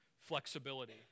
flexibility